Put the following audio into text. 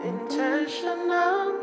Intentional